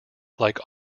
like